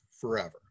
forever